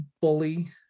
bully